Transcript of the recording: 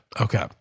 Okay